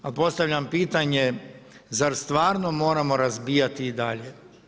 Ali postavljam pitanje, zar stvarno moramo razbijati i dalje?